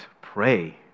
pray